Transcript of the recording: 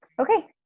Okay